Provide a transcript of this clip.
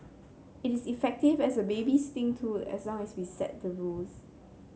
it is effective as a babysitting tool as long as we set the rules